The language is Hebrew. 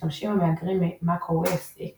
משתמשים המהגרים מ־Mac OS X